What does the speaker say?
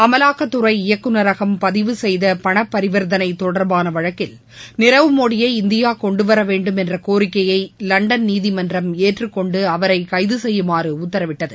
அமலாக்கத்துறை இயக்குநரகம் பதிவு செய்த பண பரிவர்த்தனை தொடர்பான வழக்கில் நீரவ் மோடியை இந்தியா கொண்டுவரவேண்டும் என்ற கோரிக்கையை லண்டன் நீதிமன்றம் ஏற்றுக்கொண்டு அவரை கைதுசெய்யுமாறு உத்தரவிட்டது